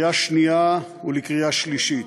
לקריאה שנייה ולקריאה שלישית.